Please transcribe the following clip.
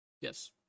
Yes